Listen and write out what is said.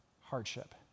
hardship